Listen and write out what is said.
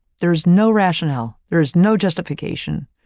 there's no rationale, there is no justification.